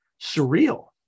surreal